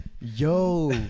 Yo